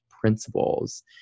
principles